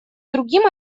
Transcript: другим